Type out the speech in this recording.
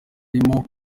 arimo